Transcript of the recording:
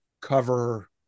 cover